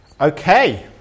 Okay